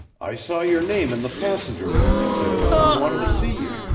i saw your name in the passenger list, sid, and wanted to see you.